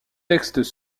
textes